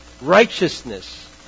righteousness